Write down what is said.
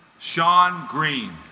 sean greene